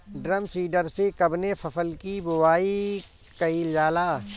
Drum seeder से कवने फसल कि बुआई कयील जाला?